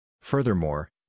Furthermore